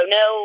no